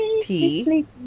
Tea